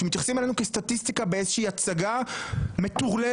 שמתייחסים אלינו כאל סטטיסטים באיזושהי הצגה מטורלל